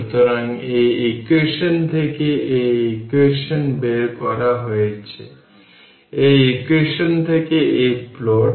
সুতরাং এই ইকুয়েশন থেকে এই ইকুয়েশন বের করা হয়েছে এই ইকুয়েশন থেকে এই প্লট